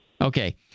Okay